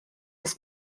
was